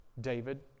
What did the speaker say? David